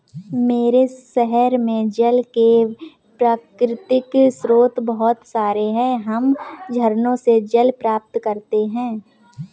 मेरे शहर में जल के प्राकृतिक स्रोत बहुत सारे हैं हम झरनों से जल प्राप्त करते हैं